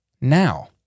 now